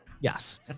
Yes